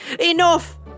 Enough